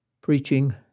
preaching